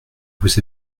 vous